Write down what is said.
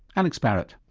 alex barratt.